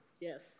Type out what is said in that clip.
Yes